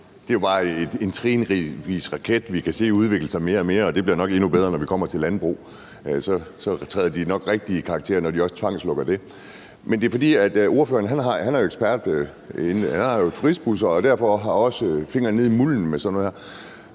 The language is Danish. et trin i en flertrinsraket. Vi kan se det udvikle sig mere og mere, og det bliver nok endnu bedre, når vi kommer til landbruget. Så træder de nok rigtigt i karakter, når de også tvangslukker det. Jeg tog ordet, fordi ordføreren jo er ekspert. Han har turistbusser og derfor også fingrene nede i mulden med sådan noget her.